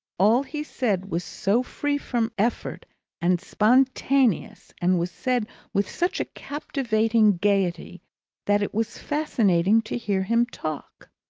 all he said was so free from effort and spontaneous and was said with such a captivating gaiety that it was fascinating to hear him talk.